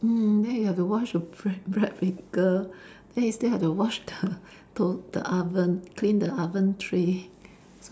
mm then you have to wash the bread bread maker then you still have to wash the to the oven clean the oven tray